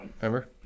Remember